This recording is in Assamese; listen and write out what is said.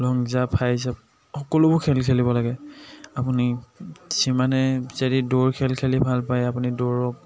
লং জাম্প হাই জাম্প সকলোবোৰ খেল খেলিব লাগে আপুনি যিমানে যেদি দৌৰ খেল খেলি ভাল পায় আপুনি দৌৰক